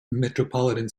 metropolitan